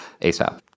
ASAP